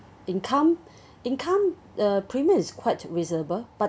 income income uh premium is quite reasonable but